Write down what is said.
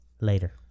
later